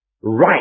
Right